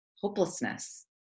hopelessness